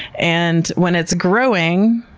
and when it's growing,